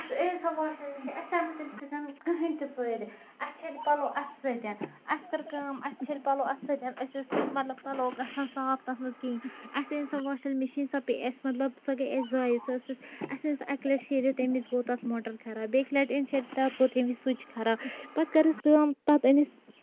اَسہِ أنۍ سۄ واشِنٛگ مِشیٖن اَسہِ آو نہٕ تمہِ سۭتۍ کہیٖنۍ تہِ فٲیدٕ اَسہِ چھٔلۍ پَلَو اَتھٕ سۭتۍ اَسہِ کٔر کٲم اَسہِ چھٔلۍ پَلَو اَتھِ سۭتۍ أسۍ ٲسۍ مَطلَب پلو گَژھان صاف تَتھ مَنٛز کِہیٖنۍ اَسہِ أنۍ سۄ واشِنٛگ مِشیٖن سۄ پیٚیہِ اَسہِ مَطلَب سۄ گٔے اَسہِ زایے سۄ ٲسۍ اَسہِ اَسہِ أنۍ سۄ اَکہِ لَٹہِ شیٖرِتھ تمہ وَز گوٚو تَتھ موٹَر خراب بیٚکہِ لَٹہِ أنۍ شیٖرِتھ تَتھ گوٚو تمہِ وِز سُچ خَراب پَتہٕ کٔرِس کٲم پَتہٕ أنِس